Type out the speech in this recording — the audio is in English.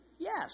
Yes